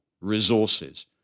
resources